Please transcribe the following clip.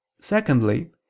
Secondly